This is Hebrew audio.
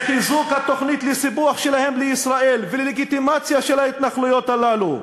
לחיזוק התוכנית לסיפוח שלהם לישראל וללגיטימציה של ההתנחלויות האלה.